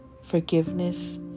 forgiveness